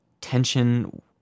Tension